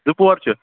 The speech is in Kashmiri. زٕ پور چھُ